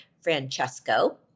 Francesco